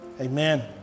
amen